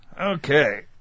Okay